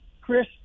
Chris